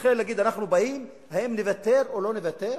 לכן להגיד: אנחנו באים, האם נוותר או לא נוותר?